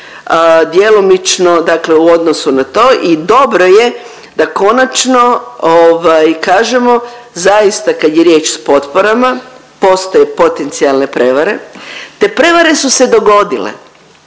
djelomično, dakle u odnosu na to i dobro je da konačno kažemo zaista kad je riječ o potporama postoje potencijalne prijevare. Te prevare su se dogodile.